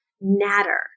natter